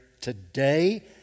today